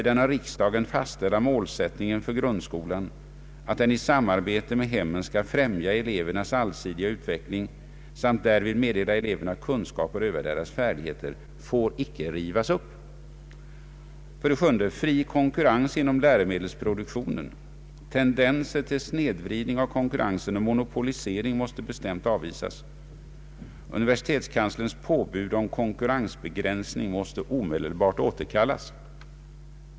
Den av riksdagen fastställda målsättningen för grundskolan, att den i samarbete med hemmen skall främja elevernas allsidiga utveckling samt därvid meddela eleverna kunskaper och öva deras färdigheter, får inte rivas upp. 7. Fri konkurrens inom läromedelsproduktionen. Tendenser till snedvridning av konkurrensen och monopolisering måste bestämt avvisas. Universitetskanslerns påbud om konkurrensbegränsning måste omedelbart återkallas.